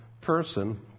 person